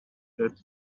that